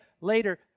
later